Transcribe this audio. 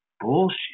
bullshit